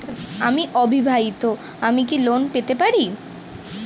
আমি অবিবাহিতা আমি কি লোন পেতে পারি?